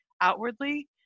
outwardly